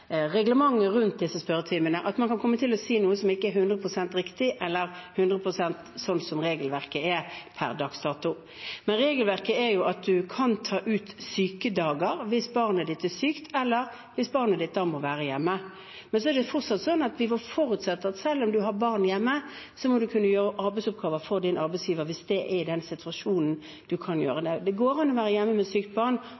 reglementet for disse spørretimene – at man kan komme til å si noe som ikke er 100 pst. riktig eller 100 pst. i tråd med regelverket per dags dato. Regelverket sier at man kan ta ut sykedager hvis barnet er sykt, eller hvis barnet må være hjemme. Men man må fortsatt forutsette at selv om man har barn hjemme, må man kunne utføre arbeidsoppgaver for arbeidsgiveren hvis man i den situasjonen kan gjøre